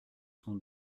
son